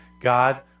God